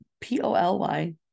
P-O-L-Y